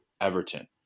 Everton